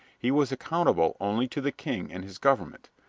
he was accountable only to the king and his government,